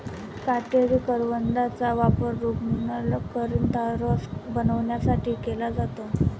काटेरी करवंदाचा वापर रूग्णांकरिता रस बनवण्यासाठी केला जातो